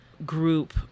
group